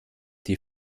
die